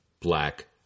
black